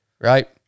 Right